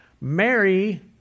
Mary